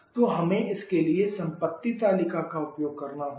तो हमें उसके लिए संपत्ति तालिका का उपयोग करना होगा